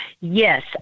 Yes